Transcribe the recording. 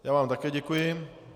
Já vám také děkuji.